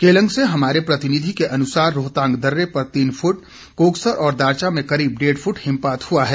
केलंग से हमारे प्रतिनिधि के अनुसार रोहतांग दर्रे पर तीन फुट कोकसर और दारचा में करीब डेढ़ फुट हिमपात हुआ है